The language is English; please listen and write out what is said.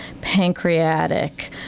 pancreatic